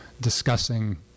discussing